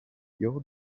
your